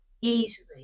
easily